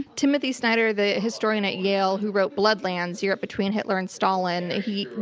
timothy snyder, the historian at yale who wrote blood lands europe between hitler and stalin, he,